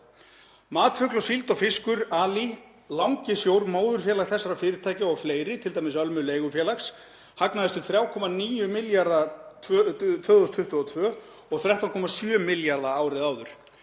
„Matfugl og Síld og fiskur/Ali. Langisjór, móðurfélag þessara fyrirtækja og fleiri, t.d. Ölmu leigufélags, hagnaðist um 3,9 milljarða 2022 og 13,7 milljarða árið áður.